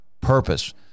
purpose